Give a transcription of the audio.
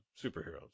superheroes